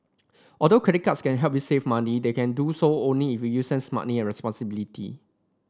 although credit cards can help you save money they can do so only if use them smartly and responsibility